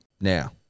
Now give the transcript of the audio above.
Now